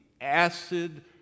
acid